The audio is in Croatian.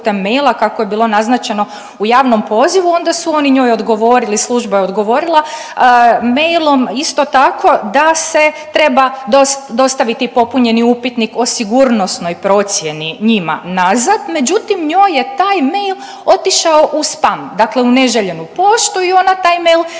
kako je bilo naznačeno u javnom pozivu onda su oni njoj odgovorili, služba je odgovorila mailom isto tako da se treba dostaviti popunjeni upitnik o sigurnosnoj procjeni njima nazad, međutim njoj je taj mail otišao u Spam dakle u neželjenu poštu i ona taj mail nije